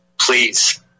please